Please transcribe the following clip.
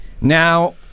Now